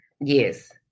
Yes